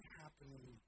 happening